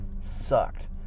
sucked